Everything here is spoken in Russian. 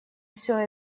все